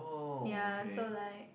ya so like